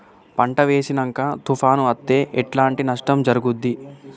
పంట వేసినంక తుఫాను అత్తే ఎట్లాంటి నష్టం జరుగుద్ది?